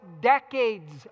decades